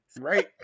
Right